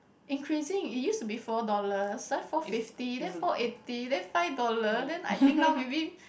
increasing it used to be four dollars then four fifty then four eighty then five dollars then I think now maybe